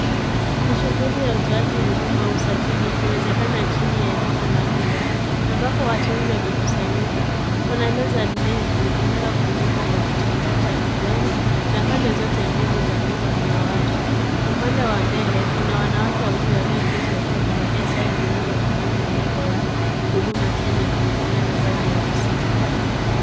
Ni shughuli ya utoaji Huduma ikiwezekana chini ya hema ya muda ambako watu wengi wamekusanyika. Kuna meza ndefu inayofunikwa kwa kitambaa cha kijani na pande zote mbili za meza kuna watu. Upande wa mbele, kuna wanawake wawili walioketi wakiwa wamevalia sare zinazofanana na nembo ya Huduma Kenya kwenye fulana zao nyeusi.